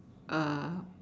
a